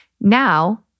Now-